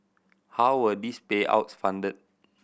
how were these payouts funded